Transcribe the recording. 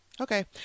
okay